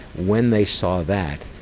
when they saw that,